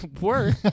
work